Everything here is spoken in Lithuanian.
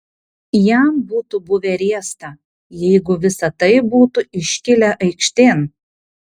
jam būtų buvę riesta jeigu visa tai būtų iškilę aikštėn